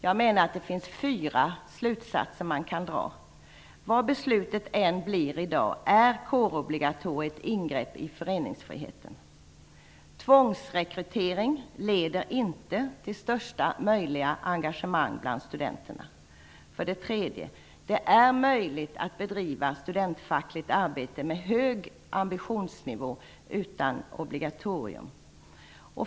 Jag menar att det finns fyra slutsatser att dra av detta. Vilket beslut vi än kommer att fatta i dag är för det första kårobligatoriet ett ingrepp i föreningsfriheten. Tvångsrekrytering leder för det andra inte till största möjliga engagemang bland studenterna. För det tredje är det möjligt att bedriva studentfackligt arbete med hög ambitionsnivå utan obligatorium.